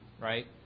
right